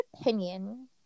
opinion